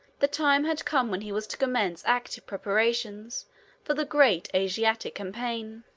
the time had come when he was to commence active preparations for the great asiatic campaign.